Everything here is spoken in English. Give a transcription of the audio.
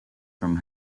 from